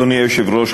אדוני היושב-ראש,